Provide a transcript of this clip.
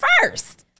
first